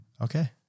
Okay